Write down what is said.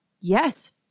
Yes